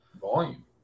Volume